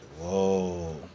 Whoa